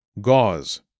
Gauze